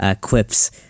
quips